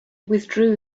withdrew